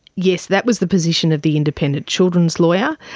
yes, that was the position of the independent children's lawyer.